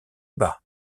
bas